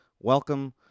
welcome